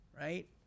right